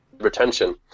retention